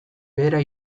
behera